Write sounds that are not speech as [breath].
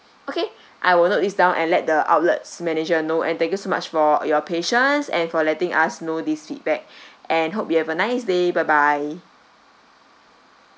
okay I will note this down and let the outlets manager know and thank you so much for your patience and for letting us know these feedback [breath] and hope you have a nice day bye bye